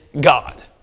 God